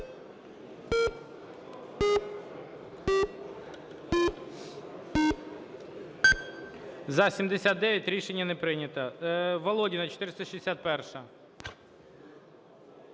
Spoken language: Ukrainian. За-79 Рішення не прийнято. Володіна, 461-а.